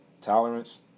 Tolerance